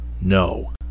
No